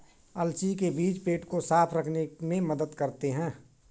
अलसी के बीज पेट को साफ़ रखने में मदद करते है